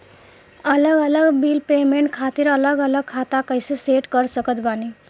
अलग अलग bill payment खातिर अलग अलग खाता कइसे सेट कर सकत बानी?